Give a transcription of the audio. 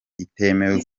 itemewe